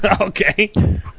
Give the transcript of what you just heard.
Okay